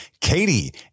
Katie